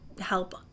help